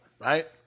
Right